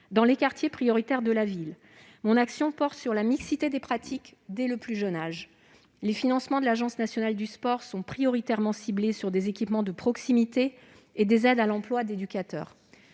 Dans les quartiers prioritaires de la ville, mon action porte sur la mixité des pratiques, dès le plus jeune âge. Les financements de l'Agence nationale du sport sont prioritairement ciblés sur des équipements de proximité et des aides à l'emploi d'éducateur.